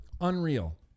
Unreal